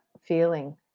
feeling